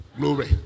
Glory